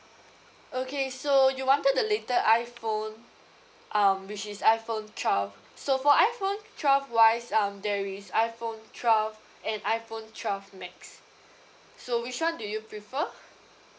okay so you wanted the later iphone um which is iphone twelve so for iphone twelve wise um there is iphone twelve and iphone twelve max so which one do you prefer